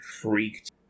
freaked